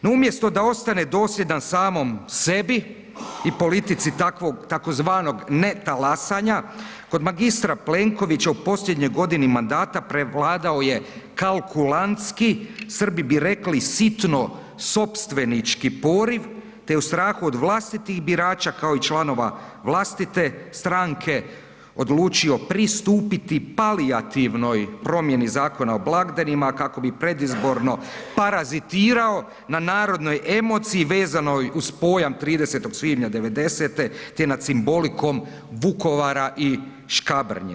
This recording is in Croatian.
No umjesto da ostane dosljedan samom sebi i politici tzv. ne talasanja, kod mr. Plenkovića u posljednjoj godini mandata prevladao je kalkulantski, Srbi bi rekli sitno sopstvenički poriv te u strahu od vlastitih birača kao i članova vlastite stranke, odlučio pristupiti palijativnoj primjeni Zakon o blagdanima kako bi predizborno parazitirao na narodnoj emociji vezanoj uz pojam 30. svibnja 1990. te nad simbolikom Vukovara i Škabrnje.